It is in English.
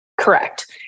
Correct